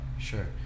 sure